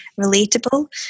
relatable